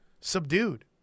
subdued